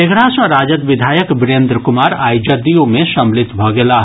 तेघरा सँ राजद विधायक वीरेन्द्र कुमार आइ जदयू मे सम्मिलित भऽ गेलाह